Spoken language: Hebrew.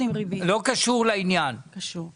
לא שמים לב לזה, אבל זה כתוב בתקנות.